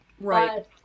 Right